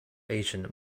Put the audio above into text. agent